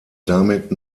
damit